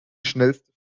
schnellste